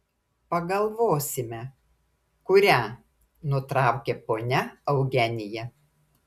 pagalvosime kurią nutraukė ponia eugenija